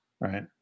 right